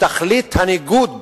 בתכלית הניגוד